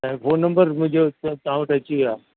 ऐं phone number मुंहिंजो तव्हां वटि अची वियो आहे